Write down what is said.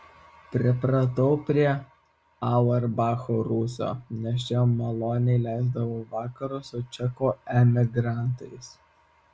pripratau prie auerbacho rūsio nes čia maloniai leisdavau vakarus su čekų emigrantais